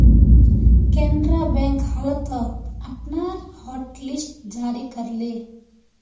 Canara bank हाल त अपनार हॉटलिस्ट जारी कर ले